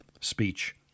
speech